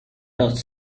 does